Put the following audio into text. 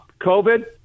COVID